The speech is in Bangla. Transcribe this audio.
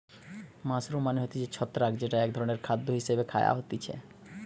মাশরুম মানে হতিছে ছত্রাক যেটা এক ধরণের খাদ্য হিসেবে খায়া হতিছে